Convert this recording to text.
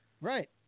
Right